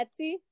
Etsy